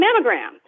mammogram